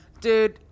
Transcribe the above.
dude